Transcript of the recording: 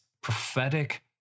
prophetic